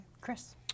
Chris